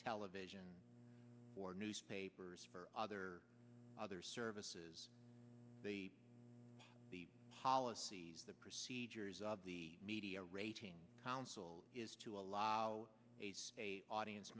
television or newspapers for other other services they are the policies the procedures of the media rate council is to allow audience